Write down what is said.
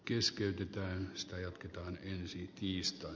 keskeytettyään sitä jatketaan ensi tiistain